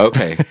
Okay